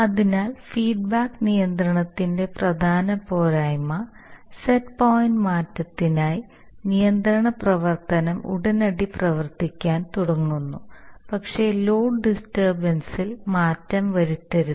അതിനാൽ ഫീഡ്ബാക്ക് നിയന്ത്രണത്തിന്റെ പ്രധാന പോരായ്മ സെറ്റ് പോയിന്റ് മാറ്റത്തിനായി നിയന്ത്രണ പ്രവർത്തനം ഉടനടി പ്രവർത്തിക്കാൻ തുടങ്ങുന്നു പക്ഷേ ലോഡ് ഡിസ്റ്റർബൻസിൽ മാറ്റം വരുത്തരുത്